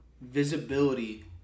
visibility